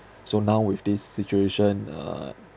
so now with this situation uh